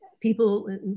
people